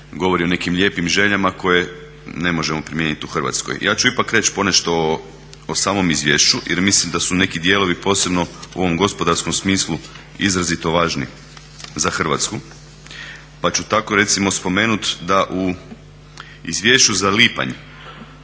govori o nekim lijepim željama koje ne možemo primijenit u Hrvatskoj. Ja ću ipak reći ponešto o samom izvješću jer mislim da su neki dijelovi, posebno u ovom gospodarskom smislu izrazito važni za Hrvatsku. Pa ću tako recimo spomenut da u izvješću za lipanj